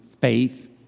faith